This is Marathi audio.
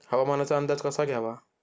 हवामानाचा अंदाज कसा घ्यावा?